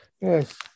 Yes